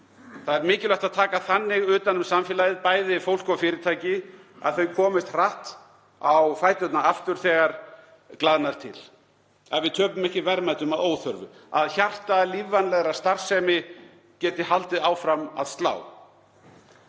Það er mikilvægt að taka þannig utan um samfélagið, bæði fólk og fyrirtæki, að þau komist hratt á fæturna aftur þegar glaðnar til. Að við töpum ekki verðmætum að óþörfu, að hjarta lífvænlegrar starfsemi geti haldið áfram að slá.